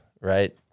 right